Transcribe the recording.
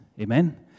Amen